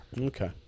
Okay